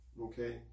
Okay